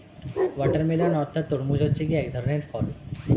watermelon অর্থাৎ তরমুজ হচ্ছে এক ধরনের ফল